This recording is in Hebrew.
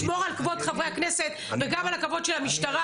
שמור על כבוד חברי הכנסת וגם על הכבוד של המשטרה,